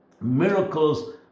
Miracles